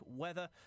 weather